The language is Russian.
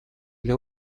для